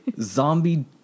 zombie